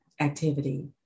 activity